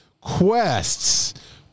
quests